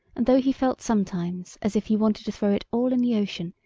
and though he felt sometimes as if he wanted to throw it all in the ocean,